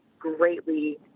greatly